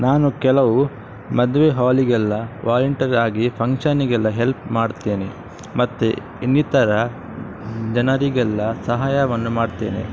ನಾನು ಕೆಲವು ಮದುವೆ ಹಾಲಿಗೆಲ್ಲ ವಾಲಂಟೀರ್ ಆಗಿ ಫಂಕ್ಷನಿಗೆಲ್ಲ ಹೆಲ್ಪ್ ಮಾಡ್ತೇನೆ ಮತ್ತು ಇನ್ನಿತರ ಜನರಿಗೆಲ್ಲ ಸಹಾಯವನ್ನು ಮಾಡ್ತೇನೆ